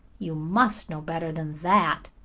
you must know better than that.